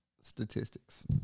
statistics